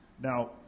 Now